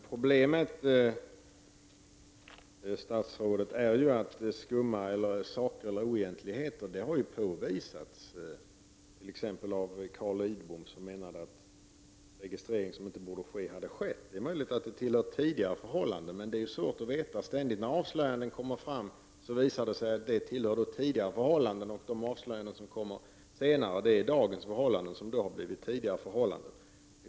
Fru talman! Problemet, herr statsråd, är ju att oegentligheter har påvisats av t.ex. Carl Lidbom, som menade att registrering som inte borde ha skett har skett. Det är möjligt att det gäller tidigare förhållanden, men det är svårt att veta. När avslöjanden kommer visar det sig att det gäller tidigare förhållanden, och de avslöjanden som kommer senare gäller dagens förhållanden, som då har blivit tidigare förhållanden.